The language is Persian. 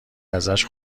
ازش